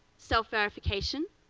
self-verification,